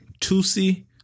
Tusi